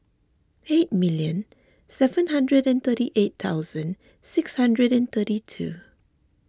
eighty million seven hundred and thirty eight thousand six hundred and thirty two